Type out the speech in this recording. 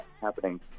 happening